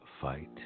Fight